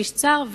הכביש צר,